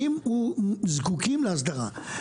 האם זקוקים להסדרה.